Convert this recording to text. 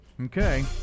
Okay